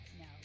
No